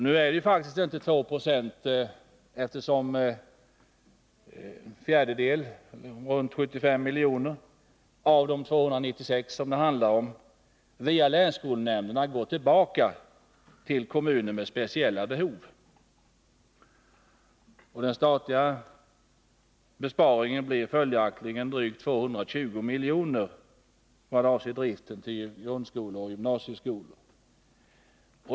Nu är det faktiskt inte 2 96, eftersom en fjärdedel — ca 75 miljoner av de 296 miljoner det handlar om — via länsskolnämnderna går tillbaka till kommuner med speciella behov. Den statliga besparingen blir följaktligen drygt 220 miljoner vad avser driften av grundskolor och gymnasieskolor.